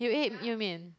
you ate 幼面